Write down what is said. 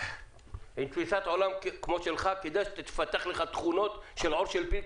עם תפיסת עולם כמו שלך כדאי שתפתח לך תכונות של עור של פיל,